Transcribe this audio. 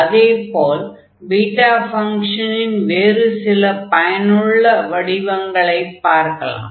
அதே போல் பீட்டா ஃபங்ஷனின் வேறு சில பயனுள்ள வடிவங்களைப் பார்க்கலாம்